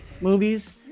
movies